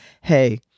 hey